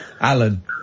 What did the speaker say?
Alan